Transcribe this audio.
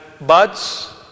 buds